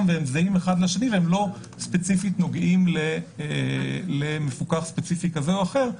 והם זהים זה לזה ולא נוגעים ספציפית למפוקח כזה או אחר,